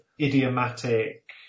idiomatic